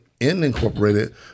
incorporated